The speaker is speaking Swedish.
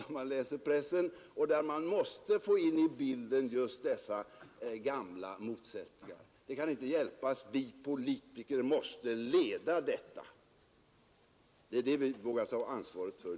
I den bilden menar jag att vi måste få in dessa gamla motsättningar, och det kan inte hjälpas att vi politiker måste leda den förändringen, och det är det som vi nu vågar ta ansvaret för.